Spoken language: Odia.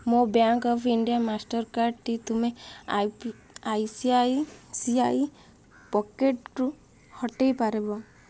ମୋ ବ୍ୟାଙ୍କ୍ ଅଫ୍ ଇଣ୍ଡିଆ ମାଷ୍ଟର୍କାର୍ଡ଼ଟି ତୁମେ I C I C I ପକେଟ୍ରୁ ହଟେଇ ପାରିବ